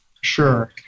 Sure